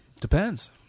depends